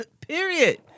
Period